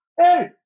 hey